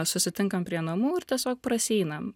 susitinkam prie namų ir tiesiog prasieinam